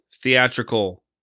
Theatrical